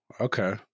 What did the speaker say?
Okay